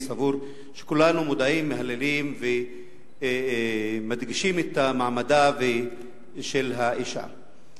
ואני סבור שכולנו מודעים ומהללים ומדגישים את מעמדה של האשה.